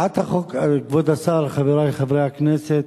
כבוד השר, חברי חברי הכנסת,